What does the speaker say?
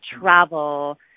travel